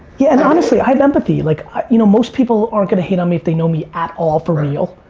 yeah, and honestly, i have empathy. like i you know most people aren't gonna hate on me if they know me at all for real,